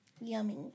Yummy